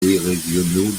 régionaux